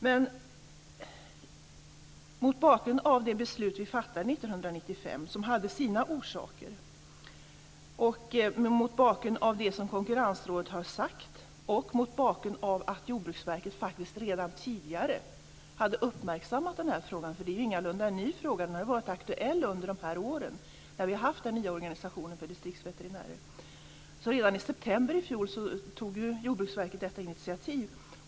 Men mot bakgrund av det beslut som vi fattade 1995 och som hade sina orsaker, mot bakgrund av det som Konkurrensrådet har sagt och mot bakgrund av att Jordbruksverket faktiskt redan tidigare hade uppmärksammat denna fråga - det är ju ingalunda är en ny fråga, den har varit aktuell under de här åren när vi har haft den nya organisationen för distriktsveterinärer - tog Jordbruksverket redan i september i fjol detta initiativ.